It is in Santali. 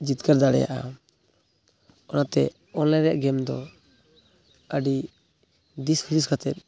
ᱡᱤᱛᱠᱟᱹᱨ ᱫᱟᱲᱮᱭᱟᱜᱼᱟ ᱚᱱᱟᱛᱮ ᱚᱱᱞᱟᱭᱤᱱ ᱨᱮᱭᱟᱜ ᱜᱮᱢᱫᱚ ᱟᱹᱰᱤ ᱫᱤᱥᱦᱩᱫᱤᱥ ᱠᱟᱛᱮᱫ